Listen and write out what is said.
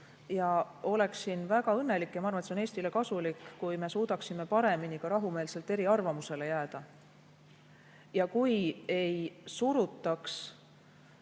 Ma oleksin väga õnnelik, ja arvan, et see on Eestile kasulik, kui me suudaksime paremini ka rahumeelselt eri arvamustele jääda ja kui ei surutaks